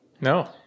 No